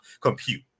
compute